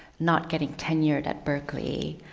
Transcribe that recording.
not getting ten years at berkeley